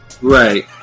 right